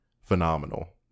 phenomenal